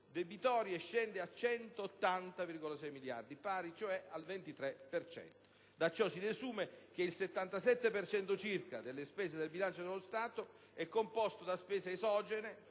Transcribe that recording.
debitorie, scende a 180,6 miliardi, pari cioè al 23 per cento. Da ciò si desume che il 77 per cento circa delle spese del bilancio dello Stato è composto da spese esogene